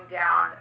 down